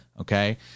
Okay